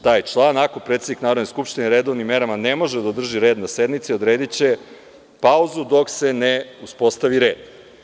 Taj član kaže – ako predsednik Narodne skupštine redovnim merama ne može da održi red na sednici, odrediće pauzu dok se ne uspostavi red.